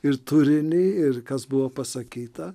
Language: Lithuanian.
ir turinį ir kas buvo pasakyta